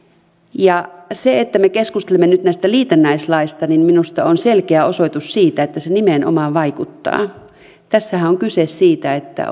se että me keskustelemme nyt näistä liitännäislaeista on minusta selkeä osoitus siitä että se nimenomaan vaikuttaa tässähän on kyse siitä että